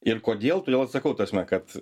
ir kodėl todėl atsakau ta prasme kad